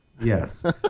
Yes